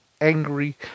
angry